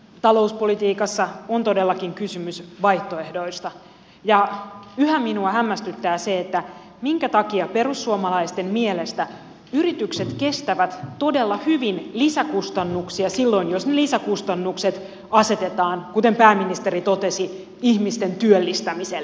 talouspolitiikassa on todellakin kysymys vaihtoehdoista ja yhä minua hämmästyttää se minkä takia perussuomalaisten mielestä yritykset kestävät todella hyvin lisäkustannuksia silloin jos ne lisäkustannukset asetetaan kuten pääministeri totesi ihmisten työllistämiselle